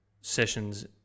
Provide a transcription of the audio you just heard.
sessions